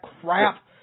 crap